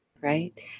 right